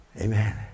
Amen